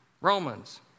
Romans